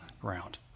ground